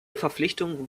verpflichtung